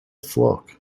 flock